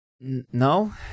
No